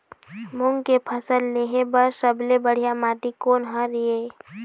मूंग के फसल लेहे बर सबले बढ़िया माटी कोन हर ये?